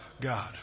God